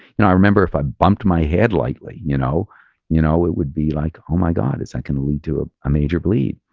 you know i remember if i bumped my head lightly, you know you know it would be like, oh my god, is that going to lead to a major bleed?